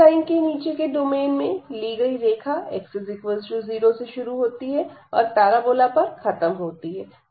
इस लाइन के नीचे के डोमेन में ली गई रेखा x0 से शुरू होती है और पैराबोला पर खत्म होती है